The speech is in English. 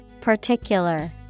Particular